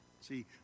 See